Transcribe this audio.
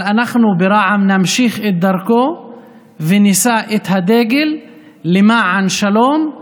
אבל אנחנו ברע"מ נמשיך את דרכו ונישא את הדגל למען שלום,